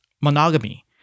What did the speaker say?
monogamy